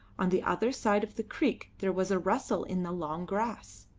on the other side of the creek there was a rustle in the long grass.